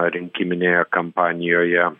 rinkiminėje kampanijoje